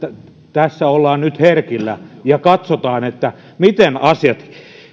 tässä ollaan nyt herkillä ja katsotaan miten asiat